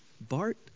Bart